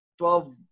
12